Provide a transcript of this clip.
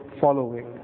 following